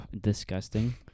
disgusting